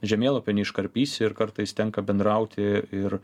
žemėlapio neiškarpys ir kartais tenka bendrauti ir